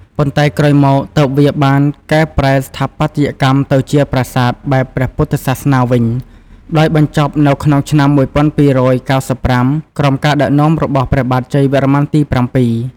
ប៉ុន្តែក្រោយមកទើបវាបានកែប្រែស្ថាបត្យកម្មទៅជាប្រាសាទបែបព្រះពុទ្ធសាសនាវិញ ដោយបញ្ចប់នៅក្នុងឆ្នាំ ១២៩៥ ក្រោមការដឹកនាំរបស់ព្រះបាទជ័យវរ្ម័នទី៧។